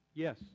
Yes